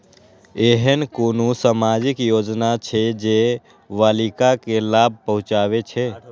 ऐहन कुनु सामाजिक योजना छे जे बालिका के लाभ पहुँचाबे छे?